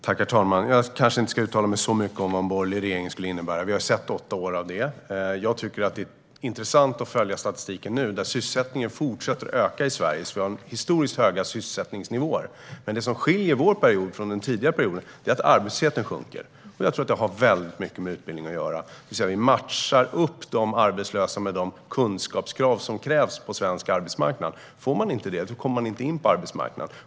Herr talman! Jag kanske inte ska uttala mig så mycket om vad en borgerlig regering skulle innebära. Vi har sett åtta år av det. Jag tycker att det är intressant att följa statistiken nu, där det framgår att sysselsättningen fortsätter att öka i Sverige. Det råder historiskt höga sysselsättningsnivåer. Det som skiljer vår period från den tidigare perioden är att arbetslösheten sjunker. Jag tror att det har mycket med utbildning att göra. Vi matchar de arbetslösa med de kunskapskrav som råder på svensk arbetsmarknad. Får man inte de kunskaperna kommer man inte in på arbetsmarknaden.